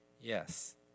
Yes